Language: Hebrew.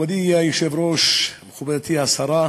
מכובדי היושב-ראש, מכובדתי השרה,